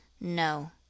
no